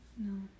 No